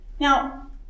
Now